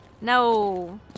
No